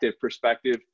perspective